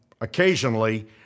occasionally